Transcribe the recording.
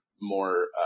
more